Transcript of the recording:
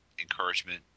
encouragement